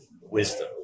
wisdom